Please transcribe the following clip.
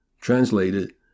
translated